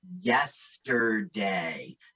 yesterday